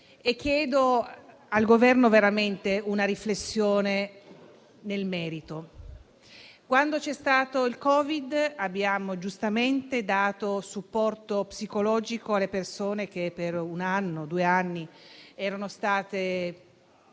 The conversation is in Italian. chiedo al Governo una riflessione nel merito. Quando c'è stato il Covid, abbiamo giustamente dato supporto psicologico alle persone che per uno o due anni erano state